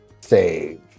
save